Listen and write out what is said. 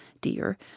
dear